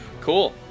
cool